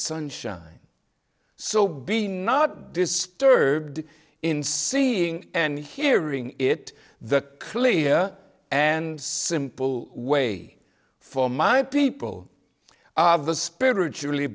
sunshine so be not disturbed in seeing and hearing it the clear and simple way for my people of the spiritually